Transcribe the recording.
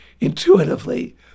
intuitively